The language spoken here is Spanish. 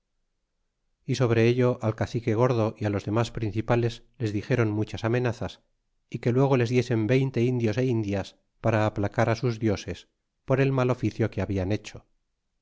y sobre ello al cacique gordo y los denlas principales les dixeron muchas amenazas é que luego les diesen veinte indios é indias para aplacar sus dioses por el mal oficio que habla hecho